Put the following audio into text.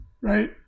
right